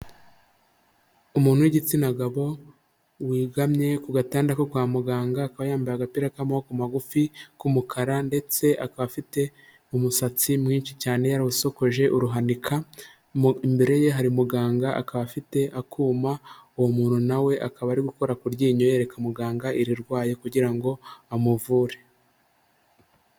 Umuntu w'igitsina gabo wegamye ku gatanda ko kwa muganga, akaba yambaye agapira k'amaboko magufi k'umukara ndetse akaba afite umusatsi mwinshi cyane, yawusokoje uruhanika, imbere ye hari umuganga, akaba afite akuma. Uuwo muntu na we akaba ari gukora kuryinyo yereka muganga irirwaye kugira ngo amuvure.